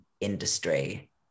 industry